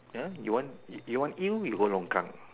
ya you want you want eel you go longkang